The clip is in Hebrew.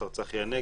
השר צחי הנגבי,